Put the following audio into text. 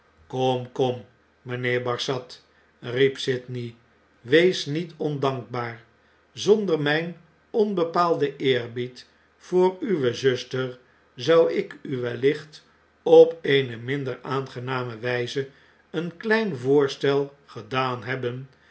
kom kom mynheer barsad riep sydney wees niet ondankbaar zonder myn onbepaalden eerbied voor uwe zuster zou ik u wellicht op eene minder aangename wijzeeenkleinvoorstel gedaan hebben